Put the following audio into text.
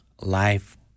life